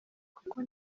kuko